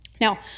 Now